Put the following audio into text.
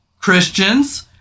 Christians